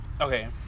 okay